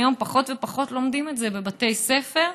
היום פחות ופחות לומדים את זה בבתי הספר,